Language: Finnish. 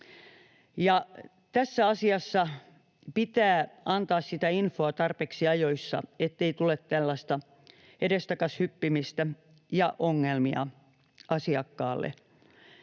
tässä asiassa pitää antaa sitä infoa tarpeeksi ajoissa, ettei tule tällaista edestakaisin hyppimistä ja ongelmia asiakkaalle.